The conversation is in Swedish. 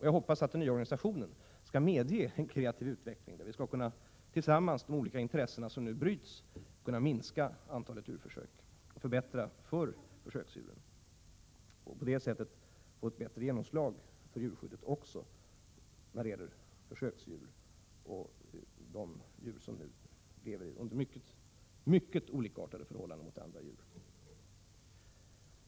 Jag hoppas att den nya organisationen skall medge en kreativ utveckling, där vi tillsammans med de olika intressen som nu bryts skall kunna minska antalet djurförsök och förbättra förhållandena för försöksdjuren. Jag hoppas att vi på det sättet får ett bättre genomslag för djurskyddet också när det gäller försöksdjuren, de djur som nu lever under helt andra förhållanden än andra djur.